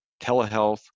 telehealth